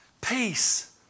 peace